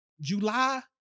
July